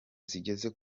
zigeze